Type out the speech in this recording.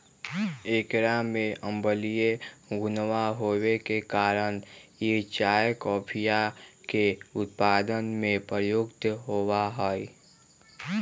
एकरा में अम्लीय गुणवा होवे के कारण ई चाय कॉफीया के उत्पादन में प्रयुक्त होवा हई